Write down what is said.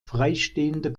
freistehende